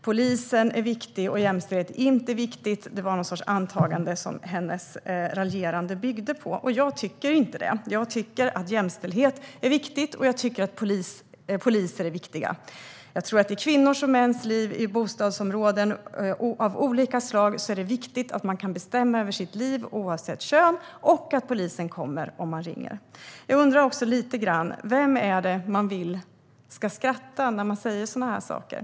Polisen är viktig, men jämställdhet är inte viktigt. Det var någon sorts antagande som hennes raljerande byggde på. Jag tycker inte så. Jag tycker att jämställdhet är viktigt, och jag tycker att poliser är viktiga. I kvinnors och mäns liv i bostadsområden av olika slag är det viktigt att man kan bestämma över sitt liv oavsett kön och att polisen kommer om man ringer. Jag undrar också lite grann vem det är man vill ska skratta när man säger sådana här saker.